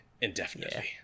indefinitely